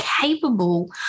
capable